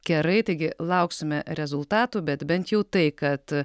kerai taigi lauksime rezultatų bet bent jau tai kad